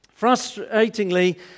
Frustratingly